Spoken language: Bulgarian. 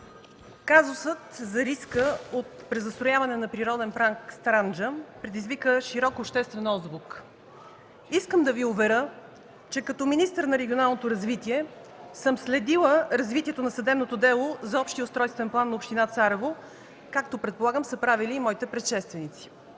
Казусът за риска от презастрояване на Природен парк „Странджа” предизвика широк обществен отзвук. Искам да Ви уверя, че като министър на регионалното развитие съм следила развитието на съдебното дело за Общия устройствен план на община Царево, както предполагам са правили и моите предшественици.